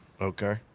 Okay